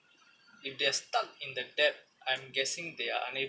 if they're stuck in the debt I'm guessing they are unab~